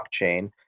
blockchain